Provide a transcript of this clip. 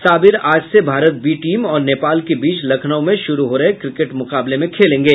साबिर आज से Bharat B team और नेपाल के बीच लखनऊ में शुरू हो रहे क्रिकेट मुकाबले में खेलेंगे